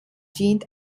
dient